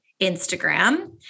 Instagram